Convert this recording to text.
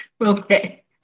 Okay